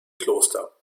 kloster